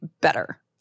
better